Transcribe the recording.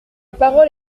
parole